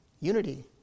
Unity